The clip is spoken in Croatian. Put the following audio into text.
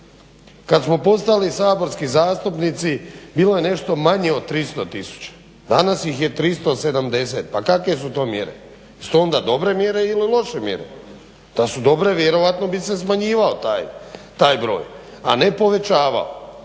Kad smo postali saborski zastupnici bilo je nešto manje od 300000. Danas ih je 370. Pa kake su to mjere? Jesu to onda dobre mjere ili loše mjere? Da su dobre vjerojatno bi se smanjivao taj broj, a ne povećavao.